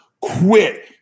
quit